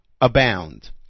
abound